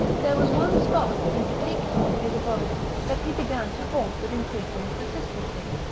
there was one spot in particular of his abode that he began to haunt with increasing persistency.